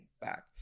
back